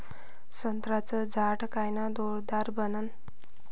संत्र्याचं झाड कायनं डौलदार बनन?